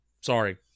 sorry